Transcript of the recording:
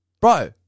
Bro